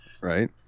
Right